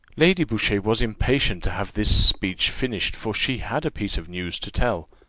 lady boucher was impatient to have this speech finished, for she had a piece of news to tell.